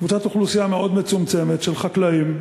אוכלוסייה מאוד מצומצמת של חקלאים,